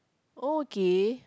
okay